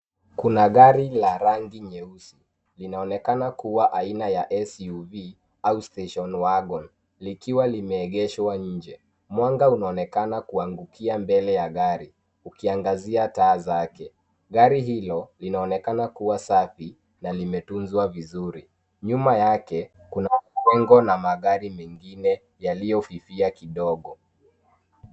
Kuna gari la rangi nyeusi. Linaonekana kuwa aina ya SUV au Station Wagon, likiwa limeegeshwa nje. Mwanga unaonekana kuangukia mbele ya gari ukiangazia taa zake. Gari hilo linaonekana kuwa safi na limetunzwa vizuri. Nyuma yake kuna majengo na magari mengine yaliofifia kidogo.